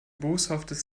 boshaftes